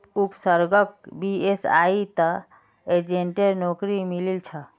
उपसर्गक बीएसईत एजेंटेर नौकरी मिलील छ